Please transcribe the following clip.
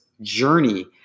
journey